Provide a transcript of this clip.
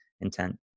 intent